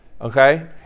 okay